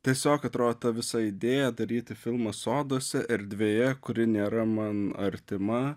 tiesiog atrodo ta visa idėja daryti filmą soduose erdvėje kuri nėra man artima